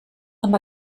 amb